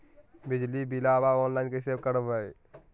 बिजली बिलाबा ऑनलाइन कैसे करबै?